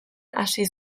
hasi